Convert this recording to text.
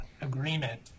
agreement